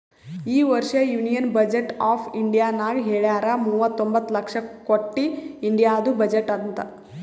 ಈ ವರ್ಷ union budget of ಇಂಡಿಯಾನಾಗ್ ಹೆಳ್ಯಾರ್ ಮೂವತೊಂಬತ್ತ ಲಕ್ಷ ಕೊಟ್ಟಿ ಇಂಡಿಯಾದು ಬಜೆಟ್ ಅಂತ್